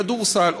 כדורסל,